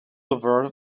over